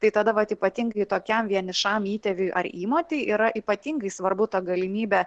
tai tada vat ypatingai tokiam vienišam įtėviui ar įmotei yra ypatingai svarbu ta galimybė